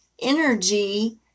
energy